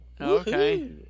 okay